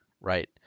right